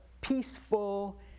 peaceful